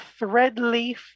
threadleaf